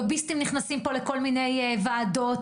לוביסטים נכנסים פה לכל מיני וועדות,